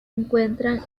encuentran